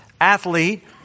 athlete